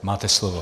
Máte slovo.